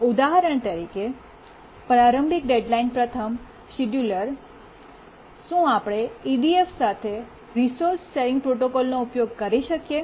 ઉદાહરણ તરીકે પ્રારંભિક ડેડ્લાઇન પ્રથમ શિડ્યુલર શું આપણે EDF સાથે રિસોર્સ શેરિંગ પ્રોટોકોલનો ઉપયોગ કરી શકીએ